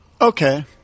Okay